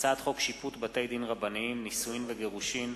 הצעת חוק שיפוט בתי-דין רבניים (נישואין וגירושין)